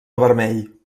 vermell